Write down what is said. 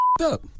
up